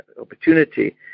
opportunity